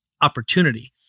opportunity